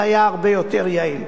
זה היה הרבה יותר יעיל.